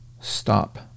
stop